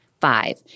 Five